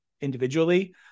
individually